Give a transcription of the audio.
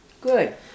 Good